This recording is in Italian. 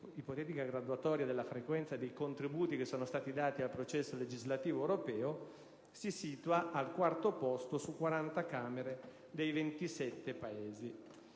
ipotetica graduatoria della frequenza dei contributi dati al processo legislativo europeo, si situa al quarto posto sulle 40 Camere dei 27 Paesi.